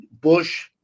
bush